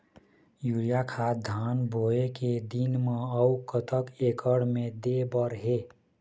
Urea खाद धान बोवे के दिन म अऊ कतक एकड़ मे दे बर हे?